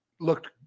looked